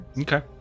Okay